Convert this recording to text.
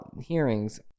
hearings